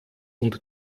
und